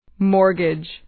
Mortgage